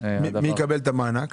מי יקבל את המענק?